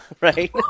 right